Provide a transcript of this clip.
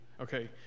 okay